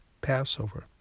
Passover